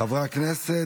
חברי הכנסת,